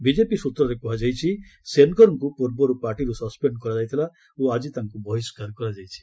BJP ସୂତ୍ରରେ କୁହାଯାଇଛି ସେନ୍ଗର୍ଙ୍କୁ ପୂର୍ବରୁ ପାର୍ଟିରୁ ସସ୍ପେଣ୍ଡ କରାଯାଇଥିଲା ଓ ଆଜି ତାଙ୍କୁ ବିହିଷ୍କାର କରାଯାଇଛି